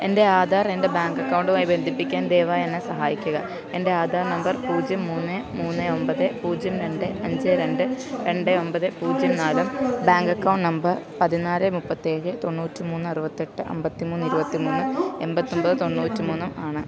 എൻ്റെ ആധാർ എൻ്റെ ബാങ്ക് അക്കൗണ്ടുമായി ബന്ധിപ്പിക്കാൻ ദയവായി എന്നെ സഹായിക്കുക എൻ്റെ ആധാർ നമ്പർ പൂജ്യം മൂന്ന് മൂന്ന് ഒൻപത് പൂജ്യം രണ്ട് അഞ്ച് രണ്ട് രണ്ട് ഒൻപത് പൂജ്യം നാല് ബാങ്ക് എക്കൗണ്ട് നമ്പർ പതിനാല് മുപ്പത്തേഴ് തൊണ്ണൂറ്റി മൂന്ന് അറുപത്തെട്ട് അൻപത്തി മൂന്ന് ഇരുപത്തി മൂന്ന് എൺപത്തൊൻപത് തൊണ്ണൂറ്റി മൂന്നും ആണ്